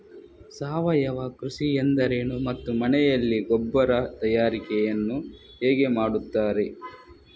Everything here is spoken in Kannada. ಸಾವಯವ ಕೃಷಿ ಎಂದರೇನು ಮತ್ತು ಮನೆಯಲ್ಲಿ ಗೊಬ್ಬರ ತಯಾರಿಕೆ ಯನ್ನು ಹೇಗೆ ಮಾಡುತ್ತಾರೆ?